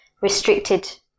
restricted